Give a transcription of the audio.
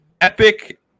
epic